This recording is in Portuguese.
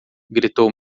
gritou